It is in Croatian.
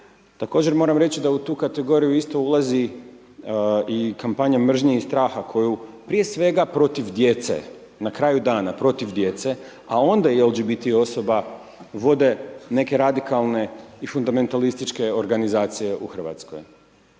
Također moram reći da u tu kategoriju isto ulazi i kampanja mržnje i straha koju prije svega protiv djece, na kraju dana, protiv djece a onda i LGBT osoba, vode neke radikalne i fundamentalističke organizacije u Hrvatskoj.